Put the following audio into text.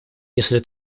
если